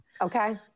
Okay